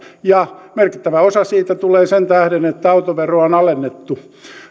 merkittävää ja merkittävä osa siitä tulee sen tähden että autoveroa on alennettu